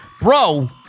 Bro